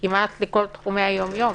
כמעט לכל תחומי היום-יום.